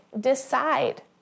Decide